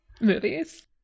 movies